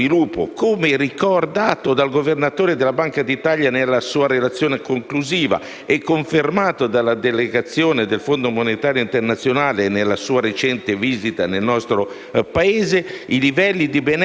del Fondo monetario internazionale nella sua recente visita nel nostro Paese - i livelli di benessere del 2007 saranno raggiunti solo nella seconda metà del prossimo decennio, dopo vent'anni. Signor Presidente,